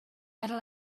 better